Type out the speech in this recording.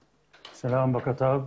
שלום, בוקר טוב.